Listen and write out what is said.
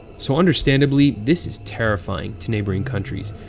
so understandably, this is terrifying to neighboring countries,